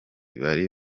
bari